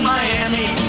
Miami